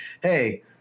Hey